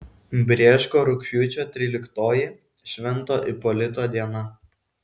brėško rugpjūčio tryliktoji švento ipolito diena